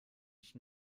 ich